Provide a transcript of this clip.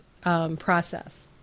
process